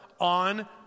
on